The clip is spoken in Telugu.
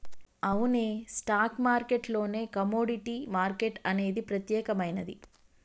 అవునే స్టాక్ మార్కెట్ లోనే కమోడిటీ మార్కెట్ అనేది ప్రత్యేకమైనది